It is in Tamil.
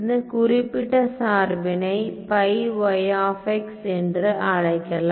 இந்த குறிப்பிட்ட சார்பினை என்று அழைக்கலாம்